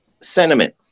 sentiment